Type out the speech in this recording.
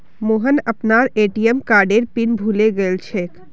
मोहन अपनार ए.टी.एम कार्डेर पिन भूले गेलछेक